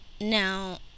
now